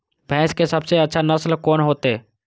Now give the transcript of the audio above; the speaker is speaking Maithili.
भैंस के सबसे अच्छा नस्ल कोन होते?